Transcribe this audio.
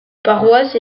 paroisse